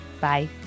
Bye